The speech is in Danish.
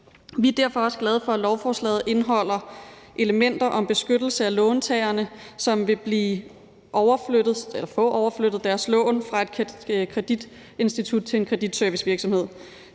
Vi er derfor også glade for, at lovforslaget indeholder elementer om beskyttelse af låntagerne, som vil få overflyttet deres lån fra et kreditinstitut til en kreditservicevirksomhed.